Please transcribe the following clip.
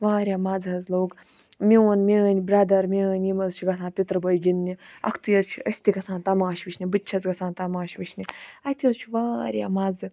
واریاہ مَزٕ حظ لوٚگ میون میٲنۍ برَدَر میٲنۍ یِم حظ چھِ گَژھان پیٚتر بٲے گِنٛدنہٕ اکھتُے حظ چھِ أسۍ تہِ گَژھان تَماش وٕچھنہِ بہٕ تہِ چھَس گَژھان تَماش وٕچھنہِ اَتہِ حظ چھُ واریاہ مَزٕ